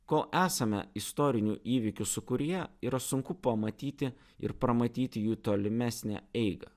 kol esame istorinių įvykių sūkuryje yra sunku pamatyti ir pramatyti jų tolimesnę eigą